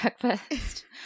breakfast